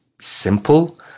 simple